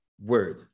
word